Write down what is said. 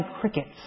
crickets